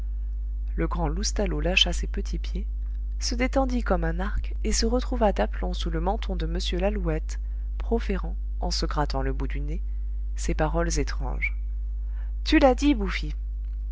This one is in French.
le grand loustalot lâcha ses petits pieds se détendit comme un arc et se retrouva d'aplomb sous le menton de m lalouette proférant en se grattant le bout du nez ces paroles étranges tu l'as dit bouffi